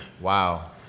Wow